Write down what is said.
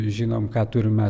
žinom ką turim